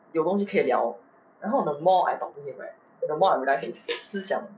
有东西可以了然后 the more I talk to him right the more I realise his 思想